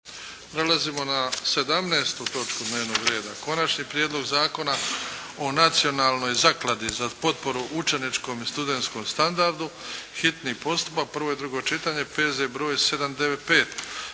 Prelazimo na 17. točku dnevnog reda. - Konačni prijedlog zakona o nacionalnoj zakladi za potporu učeničkom i studentskom standardu, hitni postupak, prvo i drugo čitanje, P.Z. br. 795